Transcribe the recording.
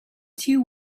two